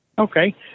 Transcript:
Okay